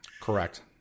Correct